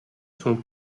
sont